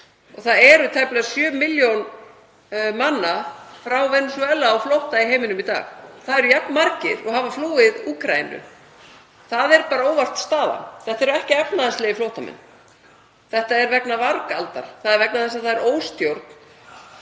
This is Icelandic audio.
og það eru tæplega sjö milljónir manna frá Venesúela á flótta í heiminum í dag. Það eru jafn margir og hafa flúið Úkraínu. Það er bara óvart staðan. Þetta eru ekki efnahagslegir flóttamenn. Þetta er vegna vargaldar. Það er vegna þess að þar ríkir óstjórn.